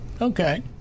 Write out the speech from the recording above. okay